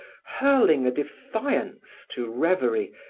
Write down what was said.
hurling a defiance to revery,